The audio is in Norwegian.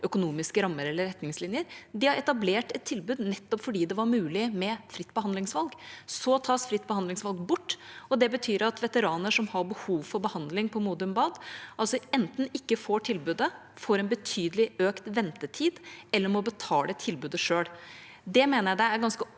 økonomiske rammer eller retningslinjer. De har etablert et tilbud nettopp fordi det var mulig med fritt behandlingsvalg. Så tas fritt behandlingsvalg bort, og det betyr at veteraner som har behov for behandling på Modum Bad, enten ikke får tilbudet, får en betydelig økt ventetid eller må betale for tilbudet selv. Det mener jeg det er ganske